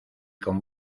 con